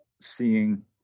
seeing